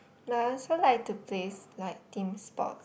but I also like to plays like team sports